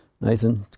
Nathan